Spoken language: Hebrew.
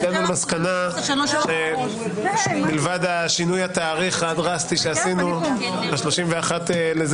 הגענו למסקנה שמלבד שינוי התאריך הדרסטי שעשינו ל-31 וכולי,